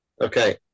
Okay